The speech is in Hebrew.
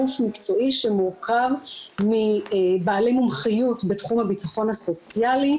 גוף מקצועי שמורכב מבעלי מומחיות בתחום הביטחון הסוציאלי,